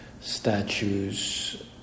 statues